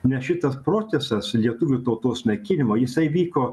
nes šitas procesas lietuvių tautos naikinimo jisai vyko